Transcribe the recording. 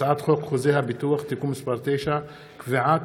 הצעת חוק חוזה הביטוח (תיקון מס' 9) (קביעת